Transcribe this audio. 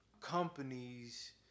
companies